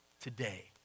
today